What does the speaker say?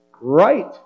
Right